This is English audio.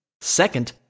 second